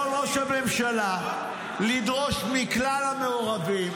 יכול ראש הממשלה לדרוש מכלל המעורבים,